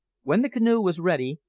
when the canoe was ready,